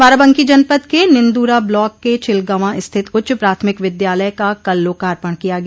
बाराबंकी जनपद के निन्दूरा ब्लाक के छिलगवां स्थित उच्च प्राथमिक विद्यालय का कल लोकार्पण किया गया